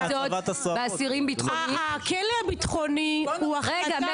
הכלא הביטחוני הוא החלטה ---<< יור >> פנינה תמנו (יו"ר